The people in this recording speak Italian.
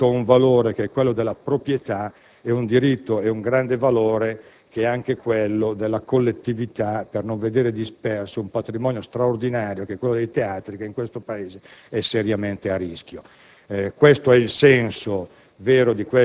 dell'approssimazione tra un diritto e un valore, come quello della proprietà, e un diritto e un grande valore, come quello della collettività, per non vedere disperso un patrimonio straordinario, quello dei teatri, che nel Paese è seriamente a rischio.